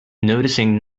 noticing